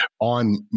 on